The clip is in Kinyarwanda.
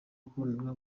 urwego